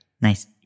Nice